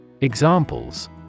Examples